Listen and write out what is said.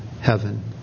heaven